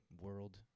world